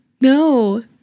No